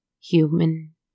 human